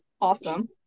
Awesome